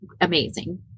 amazing